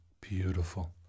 beautiful